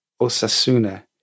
Osasuna